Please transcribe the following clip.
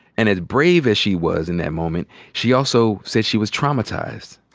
and as brave as she was in that moment she also says she was traumatized,